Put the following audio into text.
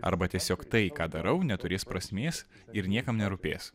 arba tiesiog tai ką darau neturės prasmės ir niekam nerūpės